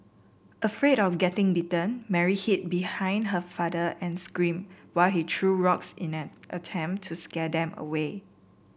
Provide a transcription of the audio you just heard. afraid of getting bitten Mary hid behind her father and screamed while he threw rocks in an attempt to scare them away